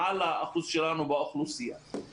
מעל האחוז שלנו באוכלוסייה.